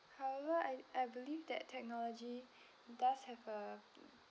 however I I believe that technology does have a